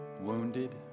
wounded